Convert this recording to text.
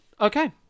Okay